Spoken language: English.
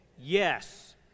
Yes